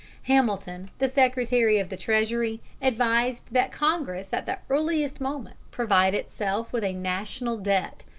hamilton, the secretary of the treasury, advised that congress at the earliest moment provide itself with a national debt,